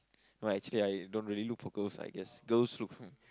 no actually I don't really look for girls I guess girls look for